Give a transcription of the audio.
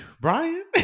Brian